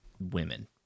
women